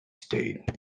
stayed